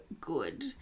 good